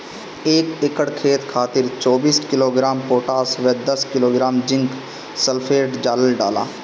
एक एकड़ खेत खातिर चौबीस किलोग्राम पोटाश व दस किलोग्राम जिंक सल्फेट डालल जाला?